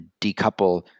decouple